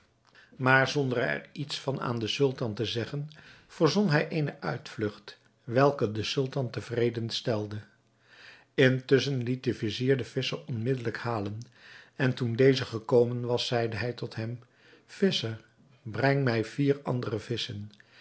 maar zonder er iets van aan den sultan te zeggen verzon hij eene uitvlugt welke den sultan tevreden stelde intusschen liet de vizier den visscher onmiddelijk halen en toen deze gekomen was zeide hij tot hem visscher breng mij vier andere visschen